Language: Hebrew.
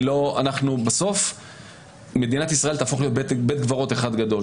מדינת ישראל בסוף תהפוך להיות בית קברות אחד גדול.